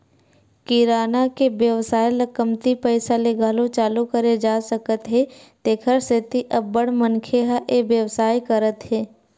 किराना के बेवसाय ल कमती पइसा ले घलो चालू करे जा सकत हे तेखर सेती अब्बड़ मनखे ह ए बेवसाय करत हे